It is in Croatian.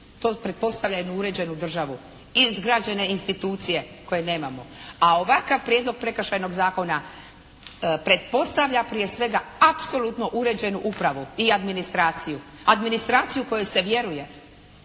To pretpostavlja jednu uređenu državu, izgrađene institucije koje nemamo, a ovakav Prijedlog Prekršajnog zakona pretpostavlja prije svega apsolutno uređenu upravu i administraciju, administraciju kojoj se vjeruje.